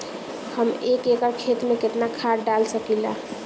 हम एक एकड़ खेत में केतना खाद डाल सकिला?